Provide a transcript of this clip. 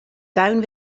tuin